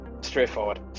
Straightforward